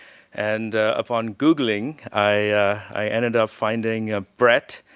and upon googling, i ended up finding ah bret,